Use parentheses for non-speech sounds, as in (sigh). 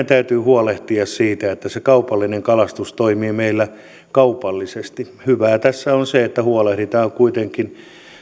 (unintelligible) täytyy huolehtia siitä että se kaupallinen kalastus toimii meillä kaupallisesti hyvää tässä on se että huolehditaan kuitenkin